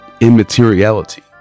Immateriality